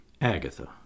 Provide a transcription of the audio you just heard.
Agatha